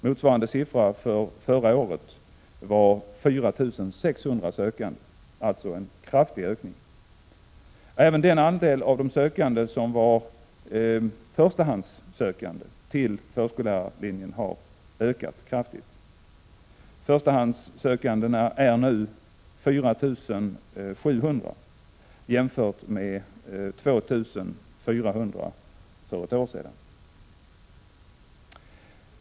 Förra året var antalet sökande 4 600, så det är en kraftig ökning. Även den andel av de sökande som var förstahandssökande till förskollärarlinjen har ökat kraftigt. Förstahandssökandena är nu 4 700, jämfört med 2 400 för ett år sedan.